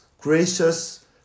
gracious